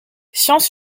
science